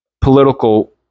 political